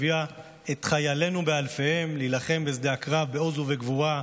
הביאה את חיילינו באלפיהם להילחם בשדה הקרב בעוז ובגבורה,